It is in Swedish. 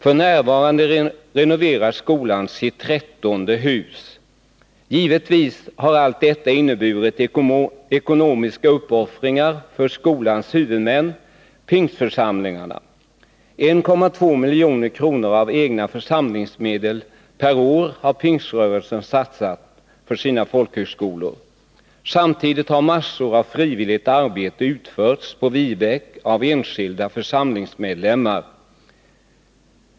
F. n. renoverar skolan sitt trettonde hus. Givetvis har allt detta inneburit ekonomiska uppoffringar för skolans huvudmän, pingstförsamlingarna. 1,2 milj.kr. av egna församlingsmedel per år har Pingströrelsen satsat för sina folkhögskolor. Samtidigt har massor av frivilligt arbete utförts på Viebäck av enskilda församlingsmedlemmar.